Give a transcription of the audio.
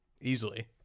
Easily